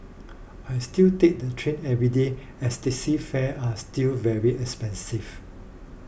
I still take the train every day as taxi fare are still very expensive